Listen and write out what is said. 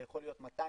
זה יכול להיות 200,